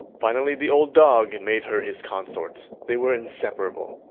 finally the old dog and made her his consort. they were inseparable.